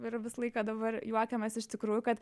ir visą laiką dabar juokiamės iš tikrųjų kad